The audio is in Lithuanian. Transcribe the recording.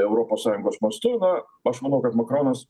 europos sąjungos mastu na aš manau kad makronas